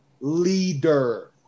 Leader